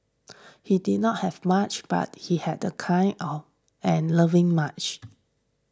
he did not have much but he had a kind or and loving much